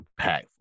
impactful